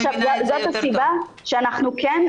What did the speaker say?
זאת הסיבה שאנחנו כן,